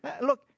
Look